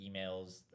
emails